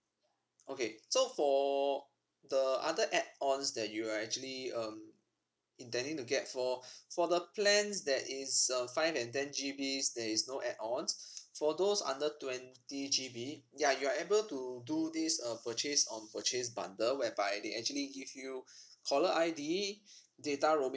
okay so for the other add ons that you're actually um intending to get for for the plans that it's uh five and ten G Bs there's no add ons for those under twenty G B ya you're able to do this uh purchase of purchase bundle whereby they actually give you caller I_D data roaming